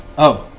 oh,